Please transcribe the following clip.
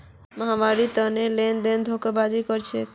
महावीर वित्तीय लेनदेनत धोखेबाजी कर छेक